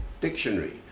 dictionary